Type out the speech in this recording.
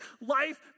life